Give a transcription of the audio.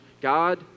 God